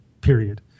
Period